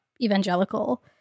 evangelical